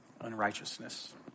unrighteousness